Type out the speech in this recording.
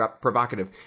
provocative